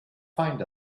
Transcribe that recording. find